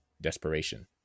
desperation